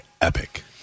epic